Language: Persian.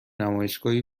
نمایشگاهی